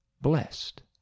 blessed